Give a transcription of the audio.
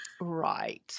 Right